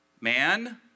man